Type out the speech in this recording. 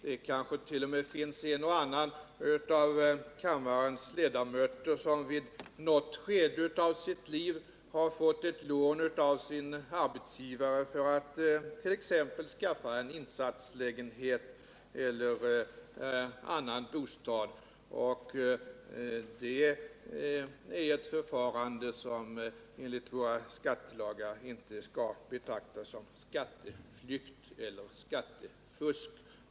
Det kanske t.o.m. finns en och annan av kammarens ledamöter som i något skede av sitt liv fått ett lån av sin arbetsgivare för att t.ex. skaffa en insatslägenhet eller en annan bostad, och det är ett förfarande som enligt våra skattelagar inte kan betraktas som skatteflykt eller skattefusk.